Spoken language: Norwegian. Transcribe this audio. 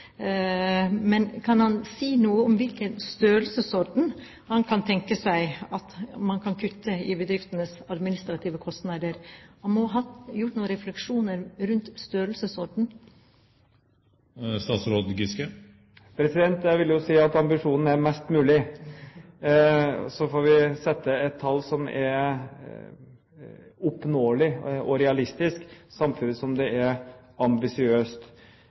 men kan han si noe om i hvilken størrelsesorden han kan tenke seg at man kan kutte i bedriftenes administrative kostnader? Han må ha gjort seg noen refleksjoner rundt størrelsesordenen. Jeg vil si at ambisjonen er mest mulig, så får vi sette et tall som er oppnåelig og realistisk samtidig som det er ambisiøst.